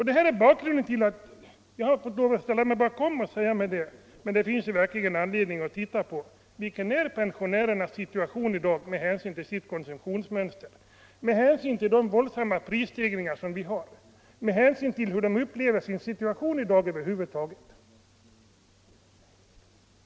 Det här är bakgrunden till att jag har sagt mig: Det finns verkligen anledning att titta på pensionärernas situation i dag med hänsyn till deras konsumtionsmönster, med hänsyn till de våldsamma prisstegringarna, med hänsyn till hur de upplever sin situation över huvud taget.